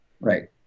Right